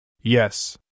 Yes